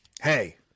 Hey